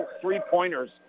three-pointers